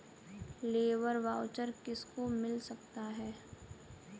Labour voucher किसको मिल सकता है?